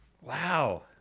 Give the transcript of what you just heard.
Wow